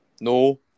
no